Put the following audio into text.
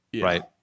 right